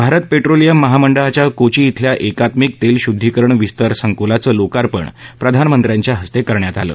Bharat petroleum महामंडळाच्या कोची इथल्या एकात्मिक तेल शुद्दीकरण विस्तार संकुलाचं लोकार्पण प्रधानमंत्र्यांच्या हस्ते करण्यात आलं